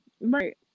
Right